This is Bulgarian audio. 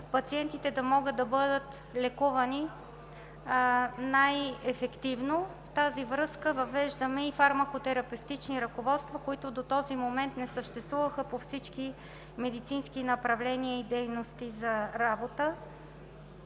пациентите да могат да бъдат лекувани най-ефективно. В тази връзка въвеждаме и фармакотерапевтични ръководства, които до този момент не съществуваха по всички медицински направления и дейности за работа.